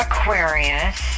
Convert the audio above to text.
Aquarius